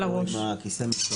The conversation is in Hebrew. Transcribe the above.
זה